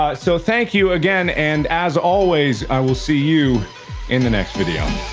ah so thank you again. and as always i will see you in the next video,